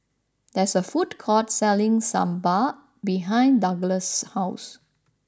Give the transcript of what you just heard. there is a food court selling Sambar behind Douglass' house